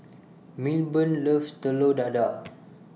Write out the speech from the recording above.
Milburn loves Telur Dadah